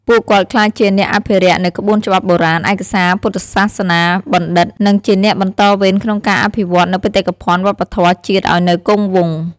ពួកគាត់ក្លាយជាអ្នកអភិរក្សនូវក្បួនច្បាប់បុរាណ ឯកសារ ពុទ្ធសាសនាបណ្ឌិត្យ និងជាអ្នកបន្តវេនក្នុងការអភិវឌ្ឍនូវបេតិកភណ្ឌវប្បធម៌ជាតិឱ្យនៅគង់វង្ស។